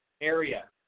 area